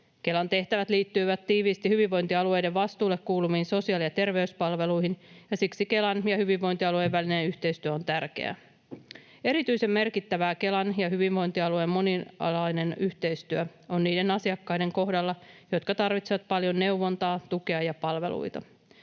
Kelan tehtävät liittyivät tiiviisti hyvinvointialueiden vastuulle kuuluviin sosiaali- ja terveyspalveluihin, ja siksi Kelan ja hyvinvointialueiden välinen yhteistyö on tärkeää. Erityisen merkittävää Kelan ja hyvinvointialueiden monialainen yhteistyö on niiden asiakkaiden kohdalla, jotka tarvitsevat paljon neuvontaa, tukea ja palveluita.